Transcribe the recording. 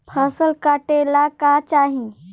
फसल काटेला का चाही?